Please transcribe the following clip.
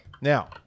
Now